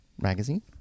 magazine